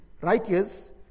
righteous